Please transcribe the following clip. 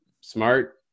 smart